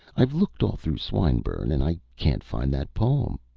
i've looked all through swinburne, and i can't find that poem.